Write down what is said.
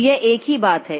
तो यह एक ही बात है